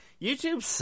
YouTube